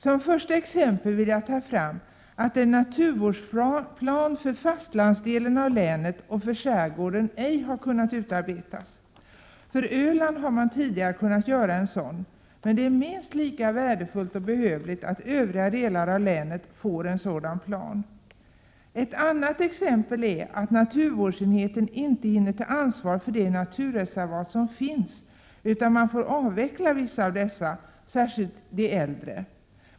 Som första exempel vill jag ta fram att en naturvårdsplan för fastlandsdelen av länet och för skärgården ej har kunnat utarbetas. För Öland har man tidigare kunnat göra en sådan, men det är minst lika värdefullt och behövligt att övriga delar av länet får en sådan plan. Ett annat exempel är att naturvårdsenheten inte hinner ta ansvar för de naturreservat som finns, utan man får avveckla vissa av dessa, särskilt de äldre.